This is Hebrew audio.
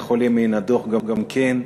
כך עולה מן הדוח גם כן,